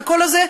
והקול הזה,